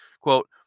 Quote